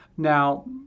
Now